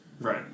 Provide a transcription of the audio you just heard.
Right